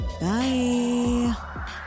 bye